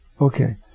Okay